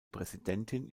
präsidentin